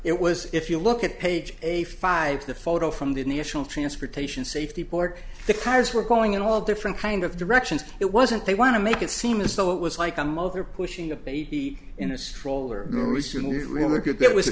it was if you look at page eighty five the photo from the national transportation safety board the cars were going in all different kind of directions it wasn't they want to make it seem as though it was like a mother pushing a baby in a stroller